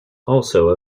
also